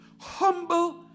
Humble